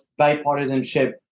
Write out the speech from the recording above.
bipartisanship